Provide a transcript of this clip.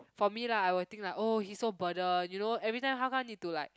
for me lah I will think like orh he so burden you know everytime how come need to like